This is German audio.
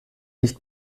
nicht